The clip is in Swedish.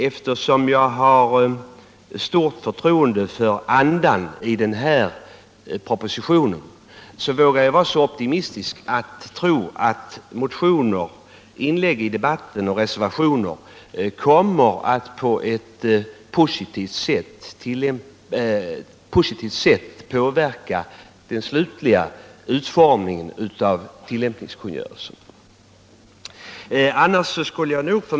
Eftersom jag har stort förtroende för andan i den här propositionen vågar jag vara så optimistisk att jag tror att motioner, inlägg i debatten och reservationer kommer att på ett positivt sätt påverka den slutliga utformningen av tillämpningskungörelsen.